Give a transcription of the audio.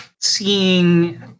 seeing